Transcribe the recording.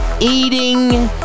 eating